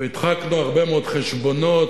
והדחקנו הרבה מאוד חשבונות,